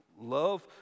love